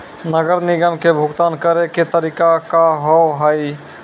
नगर निगम के भुगतान करे के तरीका का हाव हाई?